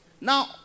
Now